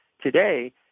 Today